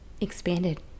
expanded